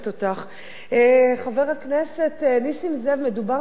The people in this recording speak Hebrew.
חבר הכנסת נסים זאב, מדובר פה בעוול היסטורי